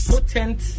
potent